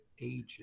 aging